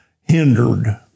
hindered